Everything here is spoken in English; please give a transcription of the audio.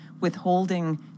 withholding